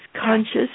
Conscious